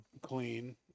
clean